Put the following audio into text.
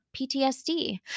PTSD